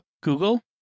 google